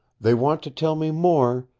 they want to tell me more,